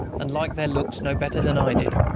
and liked their looks no better than i did.